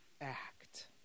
act